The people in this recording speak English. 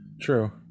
True